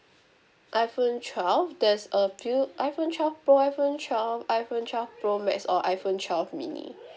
iPhone twelve there's a few iPhone twelve pro iPhone twelve pro max or iPhone twelve mini